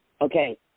Okay